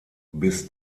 bis